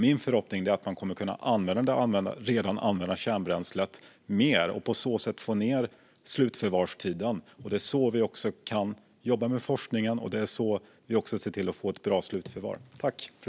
Min förhoppning är att man kommer att kunna använda det redan använda kärnbränslet mer och på så sätt få ned slutförvarstiden. Det är så vi kan jobba med forskningen och se till att få ett bra slutförvar.